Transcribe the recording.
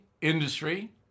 industry